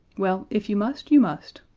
well, if you must, you must,